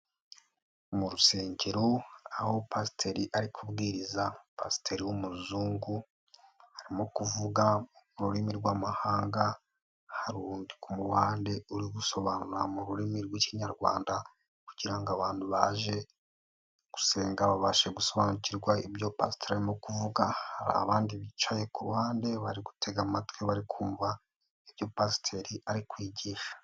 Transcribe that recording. Mu rusengero aho pasiteri ari kubwiriza pasiteri w'umuzungu arimo kuvuga rurimi rw'amahanga hari undi ku ruhande uri gusobanura mu rurimi rw'ikinyarwanda kugira ngo abantu baje gusenga babashe gusobanukirwa ibyo pasiteri arimo kuvuga, hari abandi bicaye ku ruhande bari gutega amatwi bari kumva ibyo pasiteri ari kwigisha.